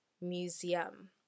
Museum